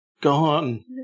gone